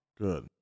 Good